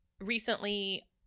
recently